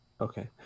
okay